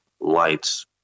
lights